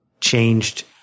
changed